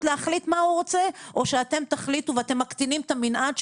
להחליט מה הוא רוצה או שאתם תחליטו ואתם מקטינים את המנעד,